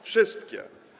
Wszystkie.